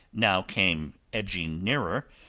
now came edging nearer,